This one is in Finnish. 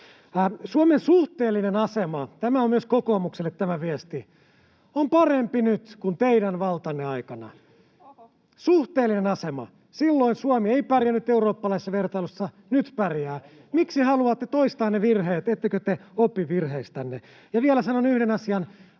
Suomen suhteellinen asema — tämä viesti on myös kokoomukselle — on parempi nyt kuin teidän valtanne aikana — suhteellinen asema. Silloin Suomi ei pärjännyt eurooppalaisessa vertailussa, nyt pärjää. [Sosiaalidemokraattien ryhmästä: Paljon paremmin!] Miksi haluatte toistaa ne virheet, ettekö te opi virheistänne? Ja vielä sanon yhden asian,